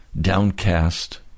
downcast